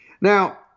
Now